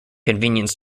convenience